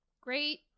great